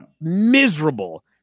miserable